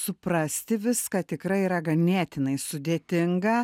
suprasti viską tikrai yra ganėtinai sudėtinga